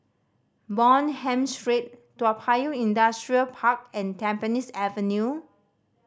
Bonham Street Toa Payoh Industrial Park and Tampines Avenue